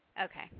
Okay